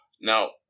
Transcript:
Now